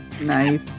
Nice